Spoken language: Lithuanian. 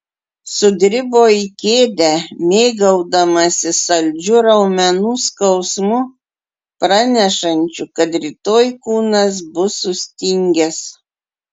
sudribo į kėdę mėgaudamasis saldžiu raumenų skausmu pranešančiu kad rytoj kūnas bus sustingęs